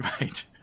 Right